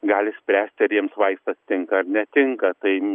gali spręsti ar jiems vaistas tinka ar netinka tai